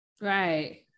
Right